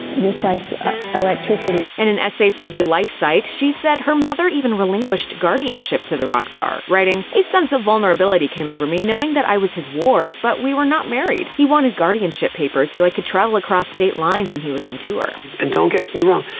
just like electricity. in an essay for the life site, she said her mother even relinquished guardianship to the rock star, writing, a sense of vulnerability came over me, knowing that i was his ward, but we were not married. he wanted guardianship papers so i could travel across state lines when he was on tour. and don't get me wrong,